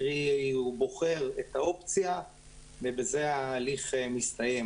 קרי הוא בוחר את האופציה ובזה ההליך מסתיים.